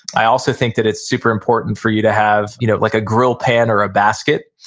i also think that it's super important for you to have you know like a grill pan or a basket.